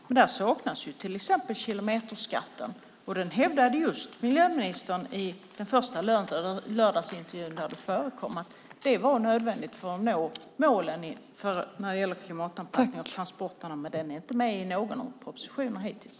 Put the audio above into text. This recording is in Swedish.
Men där saknas till exempel kilometerskatten, som miljöministern i den första lördagsintervjun hävdade var nödvändig för att nå målen för klimatanpassning av transporterna, och den finns inte med i någon av propositionerna hittills.